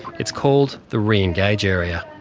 it's called the re-engage area.